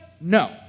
No